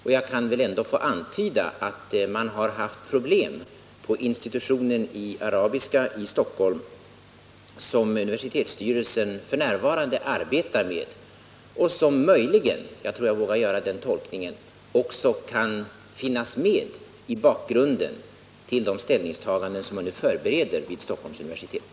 Och jag kan väl ändå få antyda att man har haft problem på institutionen för arabiska i Stockholm, som universitetsstyrelsen f.n. arbetar med och som möjligen — jag tror jag vågar gör den tolkningen - också kan finnas med i bakgrunden till de ställningstaganden som man nu förbereder vid Stockholms universitet.